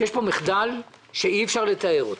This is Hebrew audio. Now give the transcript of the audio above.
מחדל שאי אפשר לתאר אותו.